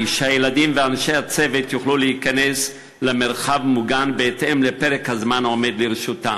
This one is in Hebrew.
שהילדים ואנשי הצוות יוכלו להיכנס למרחב מוגן בפרק הזמן העומד לרשותם.